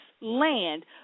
land